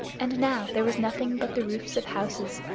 and now there was nothing but the roofs of houses,